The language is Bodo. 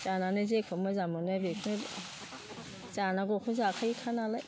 जानानै जेखौ मोजां मोनो बेखौ जानांगौखौ जाखायोखा नालाय